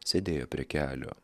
sėdėjo prie kelio